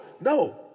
no